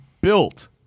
built